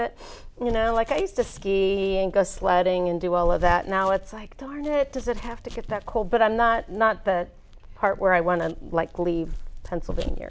it you know like i used to ski and go sledding and do all of that now it's like darn it does it have to get that cold but i'm not not the part where i want to like leave pennsylvania